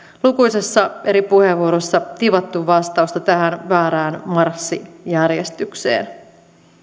lukuisissa eri puheenvuoroissa tivattu vastausta tähän väärään marssijärjestykseen